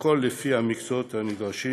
הכול לפי המקצועות הנדרשים,